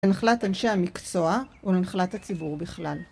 לנחלת אנשי המקצוע, ולנחלת הציבור בכלל.